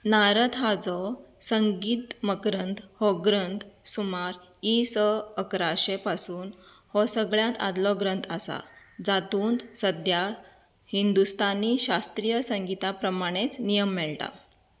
नारत हाजो संगीत मकरंद हो ग्रंथ सुमार इ स अक्राशें पासून हो सगळ्यात आदलो ग्रंथ आसा जातूंत सद्द्या हिंदुस्तानी शास्त्रीय संगीता प्रमाणेच नियम मेळटा